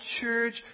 church